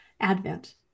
Advent